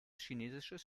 chinesisches